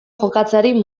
jokatzeari